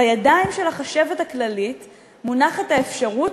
בידיים של החשבת הכללית מונחת האפשרות,